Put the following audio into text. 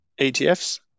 ETFs